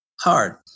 hard